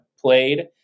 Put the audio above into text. played